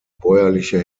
bäuerliche